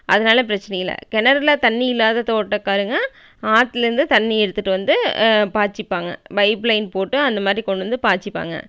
அதனால் பிரச்சனையில்லை கிணறுல தண்ணி இல்லாத தோட்டக்காரங்க ஆற்றுலேந்து தண்ணி எடுத்துகிட்டு வந்து பாய்ச்சிப்பாங்க பைப் லைன் போட்டு அந்த மாரி கொண்டு வந்து பாய்ச்சிப்பாங்க